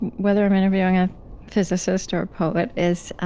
whether i'm interviewing a physicist or a poet is